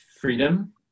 freedom